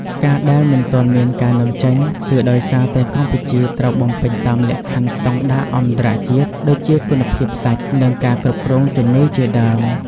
ការដែលមិនទាន់មានការនាំចេញ គឺដោយសារតែកម្ពុជាត្រូវបំពេញតាមលក្ខខណ្ឌស្តង់ដារអន្តរជាតិ ដូចជាគុណភាពសាច់ និងការគ្រប់គ្រងជម្ងឺជាដើម។